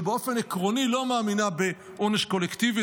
ובאופן עקרוני לא מאמינה בעונש קולקטיבי,